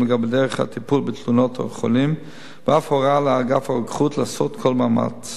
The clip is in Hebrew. לגבי דרך הטיפול בתלונות החולים ואף הורה לאגף הרוקחות לעשות כל מאמץ